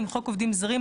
עם חוק עובדים זרים,